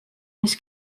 mis